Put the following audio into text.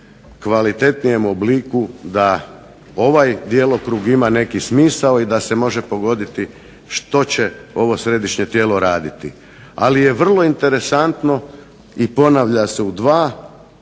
kvalitetnijem obliku da ovaj djelokrug ima neki smisao i da se može pogoditi što će ovo središnje tijelo raditi. Ali je vrlo interesantno i ponavlja se u dva